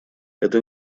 это